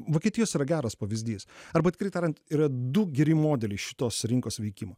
vokietijos yra geras pavyzdys arba tikriau tariant yra du geri modeliai šitos rinkos veikimo